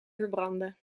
verbranden